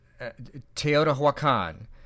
Teotihuacan